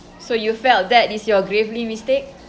so you felt that is your gravely mistake